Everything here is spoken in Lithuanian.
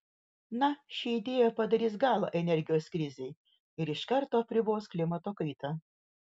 na ši idėja padarys galą energijos krizei ir iš karto apribos klimato kaitą